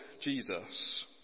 Jesus